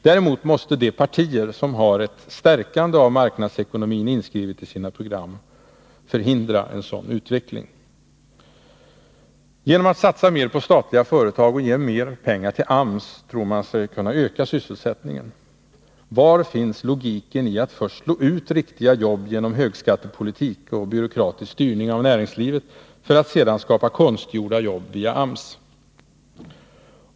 Däremot måste de partier som har ”ett stärkande av marknadsekonomin” inskrivet i sina program förhindra en sådan utveckling. Genom att satsa mer på statliga företag och ge mer pengar till AMS tror man sig kunna öka sysselsättningen. Var finns logiken i att först slå ut riktiga jobb genom högskattepolitik och byråkratisk styrning av näringslivet för att sedan skapa konstgjorda jobb via AMS?